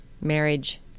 marriage